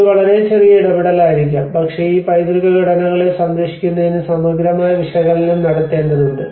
ഇത് വളരെ ചെറിയ ഇടപെടലായിരിക്കാം പക്ഷേ ഈ പൈതൃക ഘടനകളെ സംരക്ഷിക്കുന്നതിന് സമഗ്രമായ വിശകലനം നടത്തേണ്ടതുണ്ട്